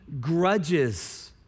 grudges